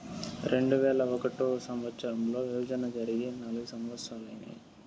రెండువేల ఒకటో సంవచ్చరంలో విభజన జరిగి నాల్గు సంవత్సరాలు ఐనాయి